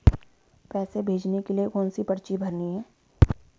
पैसे भेजने के लिए कौनसी पर्ची भरनी है?